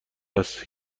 است